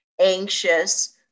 anxious